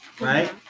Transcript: right